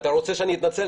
אתה רוצה שאני אתנצל?